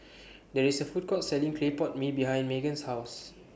There IS A Food Court Selling Clay Pot Mee behind Magen's House